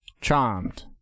Charmed